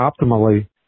optimally